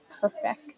perfect